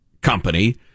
company